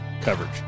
coverage